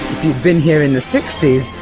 you'd been here in the sixty s,